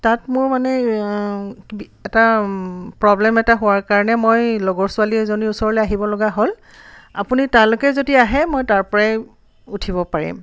তাত মোৰ মানে এটা প্ৰবলেম এটা হোৱাৰ কাৰণে মই লগৰ ছোৱালী এজনীৰ ওচৰলে আহিবলগা হ'ল আপুনি তালৈকে যদি আহে মই তাৰপৰাই উঠিব পাৰিম